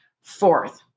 Fourth